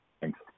Thanks